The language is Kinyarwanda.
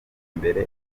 imbere